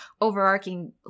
overarching